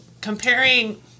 comparing